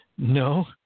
No